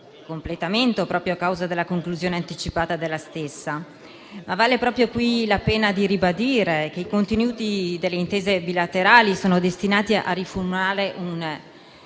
completamento proprio a causa della conclusione anticipata della stessa. Vale qui la pena di ribadire che i contenuti delle intese bilaterali sono destinati a riformulare